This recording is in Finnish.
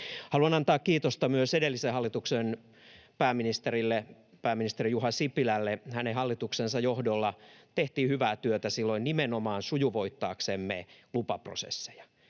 Haluan antaa kiitosta myös edellisen hallituksen pääministerille Juha Sipilälle. Hänen hallituksensa johdolla tehtiin silloin hyvää työtä nimenomaan sujuvoittaaksemme lupaprosesseja.